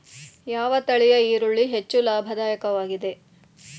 ಯಾವ ತಳಿಯ ಈರುಳ್ಳಿ ಹೆಚ್ಚು ಲಾಭದಾಯಕವಾಗಿದೆ?